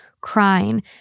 crying